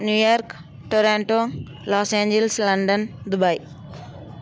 New York Toronto Los Angeles London Dubai